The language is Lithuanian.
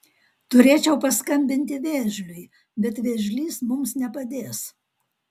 turėčiau paskambinti vėžliui bet vėžlys mums nepadės